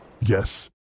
yes